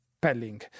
Pelling